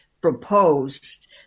proposed